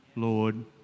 lord